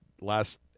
last